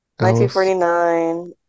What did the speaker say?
1949